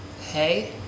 hey